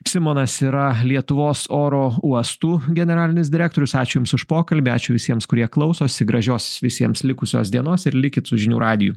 simonas yra lietuvos oro uostų generalinis direktorius ačiū jums už pokalbį ačiū visiems kurie klausosi gražios visiems likusios dienos ir likit su žinių radiju